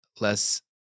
less